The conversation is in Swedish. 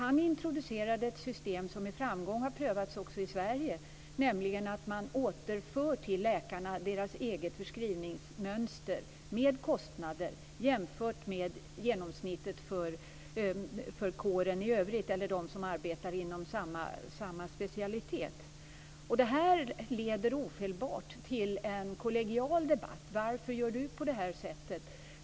Han introducerade ett system som med framgång har prövats också i Sverige, nämligen att man till läkarna återför deras egna förskrivningsmönster med kostnader jämfört med genomsnittet för kåren i övrigt - eller dem som arbetar inom samma specialitet. Det här leder ofelbart till en kollegial debatt: Varför gör du på det här sättet?